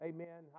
Amen